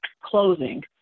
closing